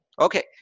Okay